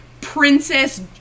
princess